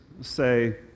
say